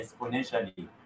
exponentially